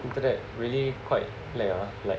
internet really quite lag ah like